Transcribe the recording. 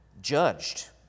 judged